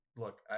Look